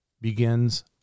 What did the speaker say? begins